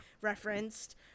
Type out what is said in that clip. referenced